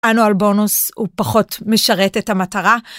Annual בונוס הוא פחות משרת את המטרה.